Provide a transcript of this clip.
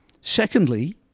Secondly